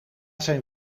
zijn